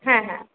হ্যাঁ হ্যাঁ